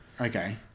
Okay